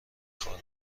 خورم